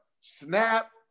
Snap